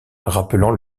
rappelant